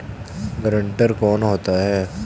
Guarantor कौन होता है?